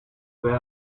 where